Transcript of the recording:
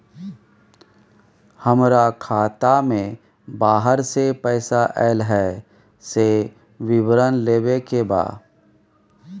हमरा खाता में बाहर से पैसा ऐल है, से विवरण लेबे के बा?